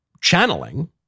channeling